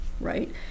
Right